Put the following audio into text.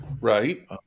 Right